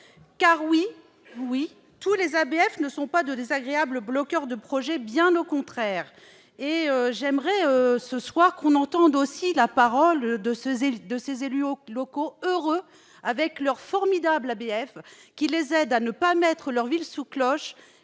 ça ! Oui, tous les ABF ne sont pas de désagréables bloqueurs de projets, bien au contraire ! J'aimerais, ce soir, que l'on entende aussi la parole de ces élus locaux heureux avec leur formidable ABF qui les aide à ne pas mettre leur ville sous cloche,